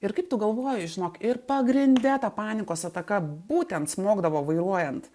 ir kaip tu galvoji žinok ir pagrinde ta panikos ataka būtent smogdavo vairuojant